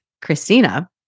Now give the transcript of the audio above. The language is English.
Christina